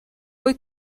voi